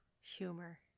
Humor